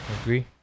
agree